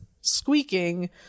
squeaking